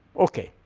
okay,